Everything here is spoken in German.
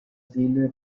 seele